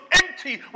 empty